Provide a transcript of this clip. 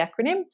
acronym